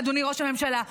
אדוני ראש הממשלה,